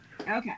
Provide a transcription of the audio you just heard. Okay